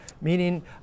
Meaning